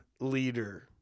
leader